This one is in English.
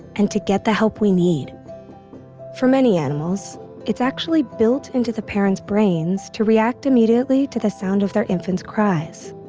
and to get the help we need for many animals it's actually built into the parents' brains to react immediately to the sound of their infant's cries.